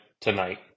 tonight